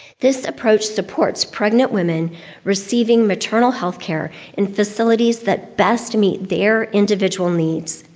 this approach supports pregnant women receiving maternal healthcare in facilities that best meet their individual needs.